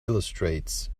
illustrates